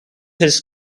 his